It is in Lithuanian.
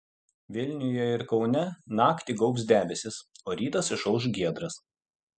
vilniuje ir kaune naktį gaubs debesys o rytas išauš giedras